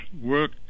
work